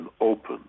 open